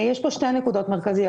יש כאן שתי נקודות מרכזיות.